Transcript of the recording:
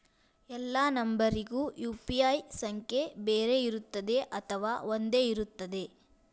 ಎಲ್ಲಾ ನಂಬರಿಗೂ ಯು.ಪಿ.ಐ ಸಂಖ್ಯೆ ಬೇರೆ ಇರುತ್ತದೆ ಅಥವಾ ಒಂದೇ ಇರುತ್ತದೆ?